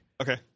Okay